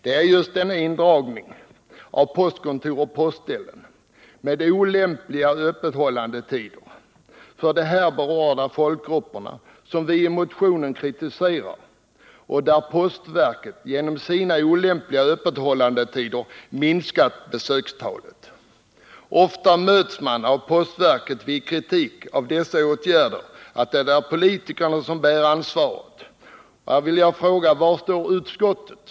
Det är just denna indragning av postkontor och postställen med olämpliga öppethållandetider för de här berörda befolkningsgrupperna som vi i motionen kritiserar, där postverket genom sina olämpliga öppethållandetider minskat besöksantalet. Ofta möts man vid kritik av dessa åtgärder av postverkets motivering, att det är politikerna som bär ansvaret. Därför vill jag fråga: Var står utskottet?